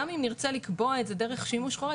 גם אם נרצה לקבוע דרך שימוש חורג,